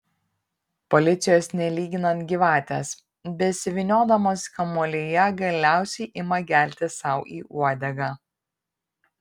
policijos nelyginant gyvatės besivyniodamos kamuolyje galiausiai ima gelti sau į uodegą